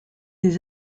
des